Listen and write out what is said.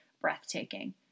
breathtaking